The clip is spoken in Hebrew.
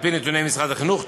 על-פי נתוני משרד החינוך,